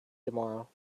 tomorrow